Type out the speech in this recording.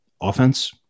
offense